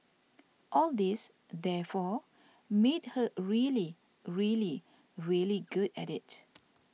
all this therefore made her really really really good at it